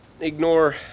ignore